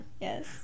Yes